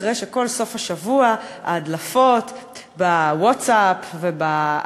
אחרי שכל סוף השבוע היו הדלפות בווטסאפ ובאתרים,